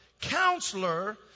Counselor